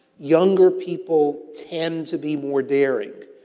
younger people tend to be more daring.